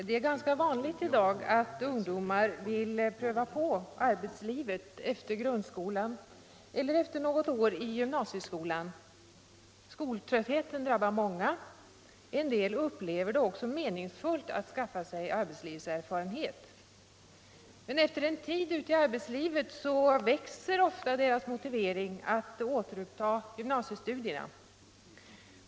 Herr talman! Det är i dag ganska vanligt att ungdomar vill pröva på arbetslivet efter grundskolan eller efter något år i gymnasieskolan. Många drabbas av skoltrötthet. En del upplever det som meningsfullt att skaffa sig arbetslivserfarenhet. Men efter en tid i arbetslivet växer ofta motivationen att återuppta gymnasiestudierna.